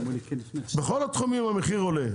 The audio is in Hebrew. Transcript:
בכל התחומים המחירים עולים,